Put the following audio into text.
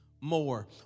More